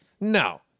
no